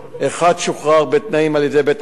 אחד שוחרר בתנאים על-ידי בית-המשפט,